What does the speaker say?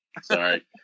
Sorry